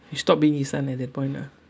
you stopped being his son at that point ah